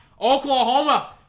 Oklahoma